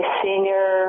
senior